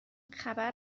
خبر